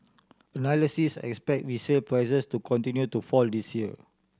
analysis expect resale prices to continue to fall this year